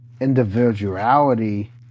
individuality